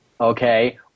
okay